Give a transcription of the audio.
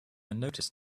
noticed